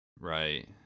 Right